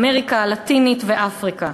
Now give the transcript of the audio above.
אמריקה הלטינית ואפריקה.